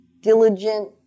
diligent